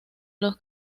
los